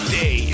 day